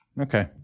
Okay